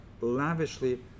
lavishly